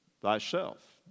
thyself